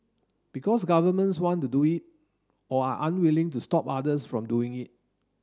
because governments want to do it or are unwilling to stop others from doing it